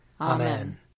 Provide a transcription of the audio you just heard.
Amen